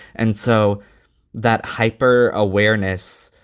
and so that hyper awareness,